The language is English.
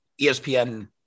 espn